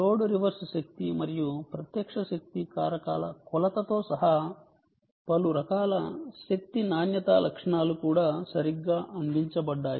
load reverse శక్తి మరియు ప్రత్యక్ష శక్తి కారకాల కొలతతో సహా పలు రకాల శక్తి నాణ్యత లక్షణాలు కూడా సరిగ్గా అందించబడ్డాయి